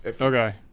okay